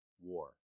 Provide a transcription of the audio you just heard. war